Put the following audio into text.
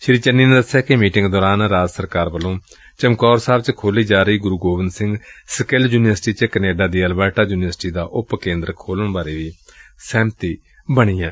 ਸ੍ਰੀ ਚੰਨੀ ਨੇ ਦਸਿਆ ਕਿ ਮੀਟਿੰਗ ਦੌਰਾਨ ਰਾਜ ਸਰਕਾਰ ਵੱਲੋਂ ਚਮਕੌਰ ਸਾਹਿਬ ਚ ਖੋਲੀ ਜਾ ਰਹੀ ਗੁਰੁ ਗੋਬਿਦ ਸਿੰਘ ਸਕਿੱਲ ਯੁਨੀਵਰਸਿਟੀ ਵਿਚ ਕੈਨੇਡਾ ਦੀ ਐਲਬਰਟਾ ਯੁਨੀਵਰਸਿਟੀ ਦਾ ਉਪ ਕੇਂਦਰ ਖੋਲਣ ਬਾਰੇ ਵੀ ਸਹਿਮਤੀ ਬਣੀ ਏ